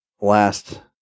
last